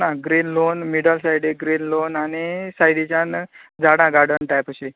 ना grill lawn middle सायडीक grill lawn आनी सायडीच्यान झाडां गार्डन टायप अशीं